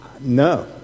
no